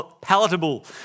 palatable